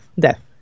Death